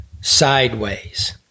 sideways